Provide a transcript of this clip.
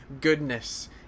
goodness